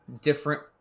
different